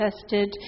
tested